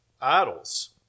idols